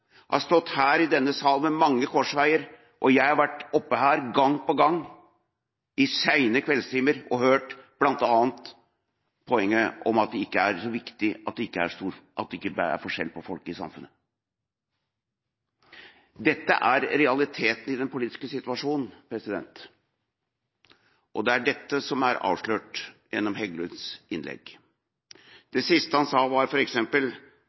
har stått og sagt her i denne sal ved mange korsveier – og jeg har vært her gang på gang i sene kveldstimer og hørt bl.a. det poenget – at det ikke er så viktig at det er forskjell på folk i samfunnet. Dette er realiteten i den politiske situasjonen, og det er dette som er avslørt gjennom Heggelunds innlegg. Det siste han sa, var